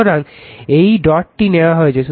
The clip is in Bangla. সুতরাং এই ডটটি নেওয়া হয়েছে